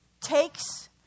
takes